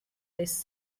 this